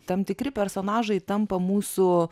tam tikri personažai tampa mūsų